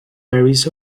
berries